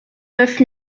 neuf